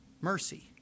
mercy